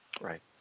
Right